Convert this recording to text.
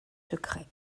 secrets